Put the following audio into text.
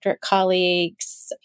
colleagues